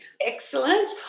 excellent